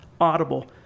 Audible